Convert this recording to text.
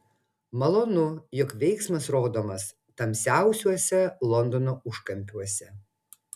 malonu jog veiksmas rodomas tamsiausiuose londono užkampiuose